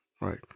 right